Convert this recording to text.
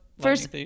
First